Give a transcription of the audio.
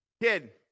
Kid